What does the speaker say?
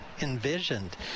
envisioned